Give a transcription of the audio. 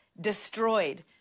destroyed